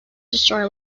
destroy